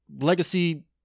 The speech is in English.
legacy